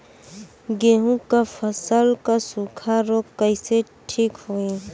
गेहूँक फसल क सूखा ऱोग कईसे ठीक होई?